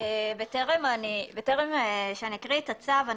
בטרם אני אקריא את הצו,